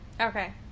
Okay